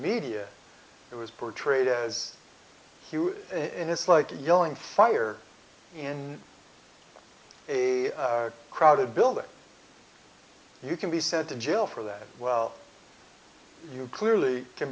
media it was portrayed as he was in his like yelling fire in a crowded building you can be sent to jail for that well you clearly can